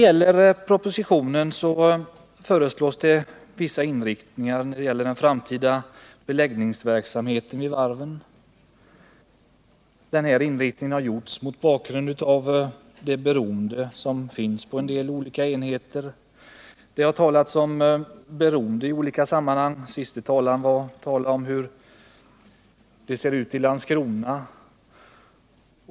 I propositionen föreslås viss inriktning av den framtida beläggningsverksamheten vid varven mot bakgrund av det beroende som finns på en del olika enheter. Det har talats om beroende i olika sammanhang. Föregående talare talade om hur det ser ut i Landskrona.